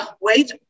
wait